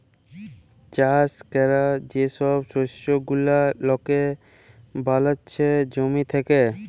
চাষ ক্যরে যে ছব শস্য গুলা লকে বালাচ্ছে জমি থ্যাকে